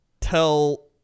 tell